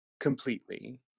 completely